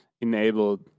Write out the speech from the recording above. enabled